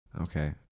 Okay